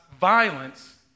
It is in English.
violence